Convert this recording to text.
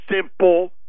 simple